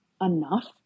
enough